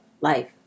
life